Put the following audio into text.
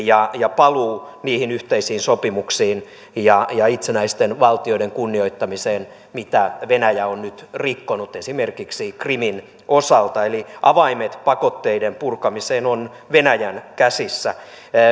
ja ja paluu niihin yhteisiin sopimuksiin ja ja itsenäisten valtioiden kunnioittamiseen mitä venäjä on nyt rikkonut esimerkiksi krimin osalta eli avaimet pakotteiden purkamiseen on venäjän käsissä